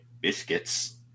Biscuits